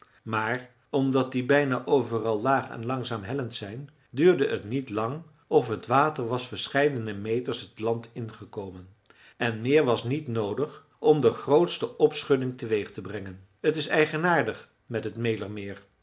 maar omdat die bijna overal laag en langzaam hellend zijn duurde het niet lang of het water was verscheidene meters het land in gekomen en meer was niet noodig om de grootste opschudding teweeg te brengen t is eigenaardig met het mälermeer het